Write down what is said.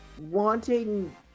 wanting